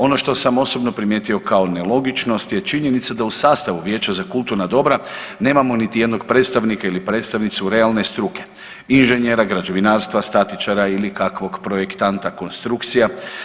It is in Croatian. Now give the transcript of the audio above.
Ono što sam osobno primijetio kao nelogičnost je činjenica da u sastavu vijeća za kulturna dobra nemamo niti jednog predstavnika ili predstavnicu realne struke, inženjera građevinarstva, statičara ili kakvog projektanta konstrukcija.